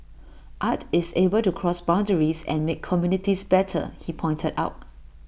art is able to cross boundaries and make communities better he pointed out